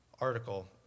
article